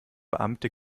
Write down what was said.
beamte